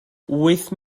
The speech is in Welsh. wyth